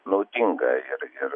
naudinga ir ir